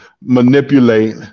manipulate